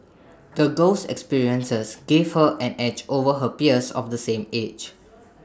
the girl's experiences gave her an edge over her peers of the same age